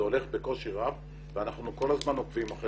וזה הולך בקושי רב ואנחנו כל הזמן עוקבים אחרי זה.